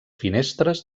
finestres